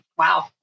wow